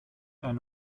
eine